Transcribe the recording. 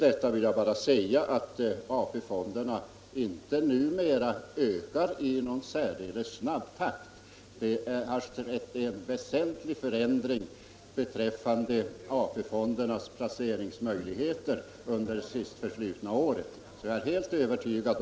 Men AP-fonderna ökar numera inte i någon särdeles snabb takt, och det har skett en väsentlig förändring beträffande deras placeringsmöjligheter under det sistförflutna året.